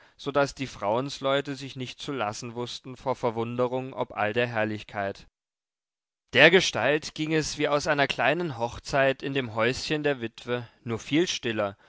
daß die frauensleute sich nicht zu lassen wußten vor verwunderung ob all der herrlichkeit dergestalt ging es wie aus einer kleinen hochzeit in dem häuschen der witwe nur viel stiller